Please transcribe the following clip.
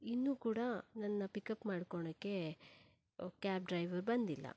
ಇನ್ನೂ ಕೂಡಾ ನನ್ನ ಪಿಕಪ್ ಮಾಡ್ಕೊಳೋಕೆ ಕ್ಯಾಬ್ ಡ್ರೈವರ್ ಬಂದಿಲ್ಲ